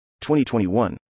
2021